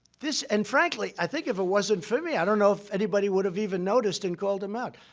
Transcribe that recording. this and frankly, i think if it wasn't for me, i don't know if anybody would have even noticed and called him out.